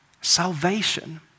Salvation